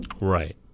Right